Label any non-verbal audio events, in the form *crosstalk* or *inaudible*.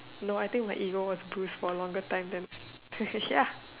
no I think my ego was bruise for a longer time than *laughs* ya